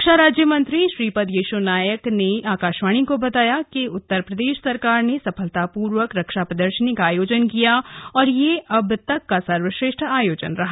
रक्षा राज्यमंत्री श्रीपद यशो नाइक ने आकाशवाणी को बताया कि उत्तर प्रदेश सरकार ने सफलतापूर्वक रक्षा प्रदर्शनी का आयोजन किया और यह अब तक का सर्वश्रेष्ठ आयोजन रहा